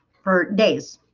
for days,